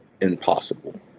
impossible